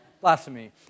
blasphemy